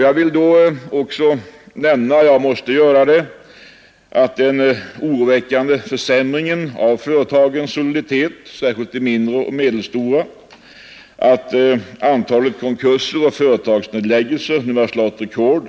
Jag vill då framhålla — jag måste göra det — den oroväckande försämringen av företagens soliditet, särskilt de mindre och medelstora företagens, samt att antalet konkurser och företagsnedläggelser nu har slagit rekord.